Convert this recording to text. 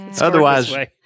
Otherwise